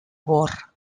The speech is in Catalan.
bor